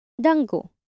Dango